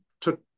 took